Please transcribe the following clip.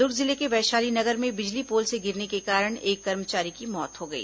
दुर्ग जिले के वैशाली नगर में बिजली पोल से गिरने के कारण एक कर्मचारी की मौत हो गई